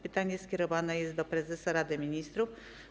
Pytanie skierowane jest do prezesa Rady Ministrów.